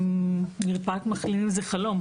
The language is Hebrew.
מרפאת מחלימים היא חלום,